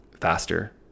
faster